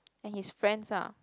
and his friends ah